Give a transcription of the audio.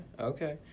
okay